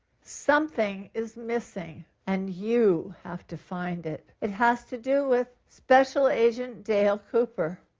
something is missing, and you have to find it. it has to do with special agent dale cooper.